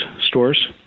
stores